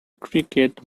cricket